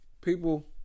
People